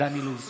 דן אילוז,